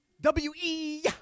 W-E